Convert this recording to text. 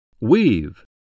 Weave